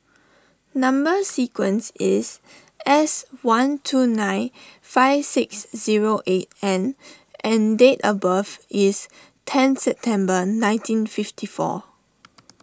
Number Sequence is S one two nine five six zero eight N and date of birth is ten September nineteen fifty four